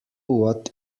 what